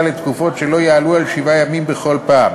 לתקופות שלא יעלו על שבעה ימים בכל פעם,